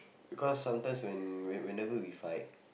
because sometimes when whenever we fight